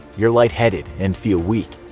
you're lightheaded, and feel weak,